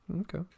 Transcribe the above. Okay